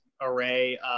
array